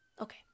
Okay